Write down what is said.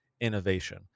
innovation